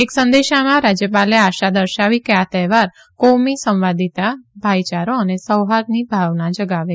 એક સંદેશામાં રાજયપાલે આશા દર્શાવી કે આ તહેવાર કૌમી સંવાદિતા ભાઈયારો અને સૌહાર્દની ભાવના જગાવે